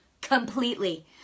completely